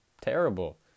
terrible